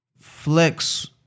Flex